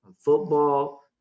football